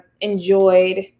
enjoyed